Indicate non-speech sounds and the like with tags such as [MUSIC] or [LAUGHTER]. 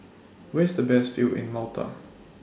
[NOISE] Where IS The Best View in Malta